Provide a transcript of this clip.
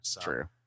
True